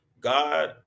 God